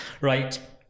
Right